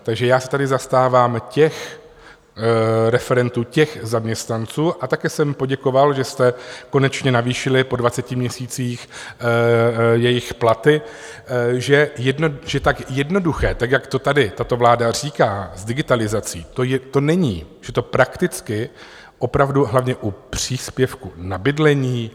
Takže já se tady zastávám těch referentů, těch zaměstnanců, a také jsem poděkoval, že jste konečně navýšili po dvaceti měsících jejich platy, že tak jednoduché, tak, jak to tady tato vláda říká, s digitalizací to není, že to prakticky opravdu hlavně u příspěvku na bydlení, hapruje.